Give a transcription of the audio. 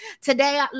today